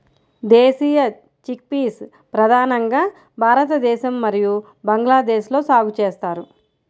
దేశీయ చిక్పీస్ ప్రధానంగా భారతదేశం మరియు బంగ్లాదేశ్లో సాగు చేస్తారు